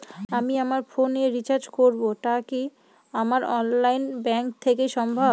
আমি আমার ফোন এ রিচার্জ করব টা কি আমার অনলাইন ব্যাংক থেকেই সম্ভব?